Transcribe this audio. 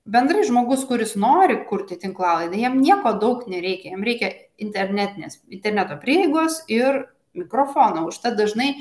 bendrai žmogus kuris nori kurti tinklalaidę jam nieko daug nereikia jam reikia internetinės interneto prieigos ir mikrofono užtat dažnai